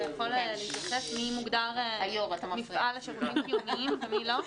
אתה יכול לומר מי מוגדר מפעל לשירותים חיוניים ומי לא?